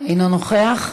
אינו נוכח.